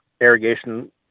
irrigation